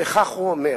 וכך הוא אומר: